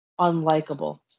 unlikable